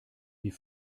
wie